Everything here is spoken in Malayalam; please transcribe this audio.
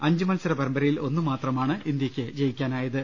അഞ്ചു മത്സര പരമ്പരയിൽ ഒന്ന് മാത്രമാണ് ഇന്ത്യയ്ക്ക് ജയിക്കാനായത്